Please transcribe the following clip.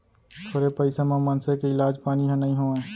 थोरे पइसा म मनसे के इलाज पानी ह नइ होवय